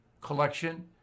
collection